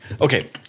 Okay